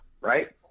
right